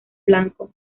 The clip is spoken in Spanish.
blanco